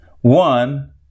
One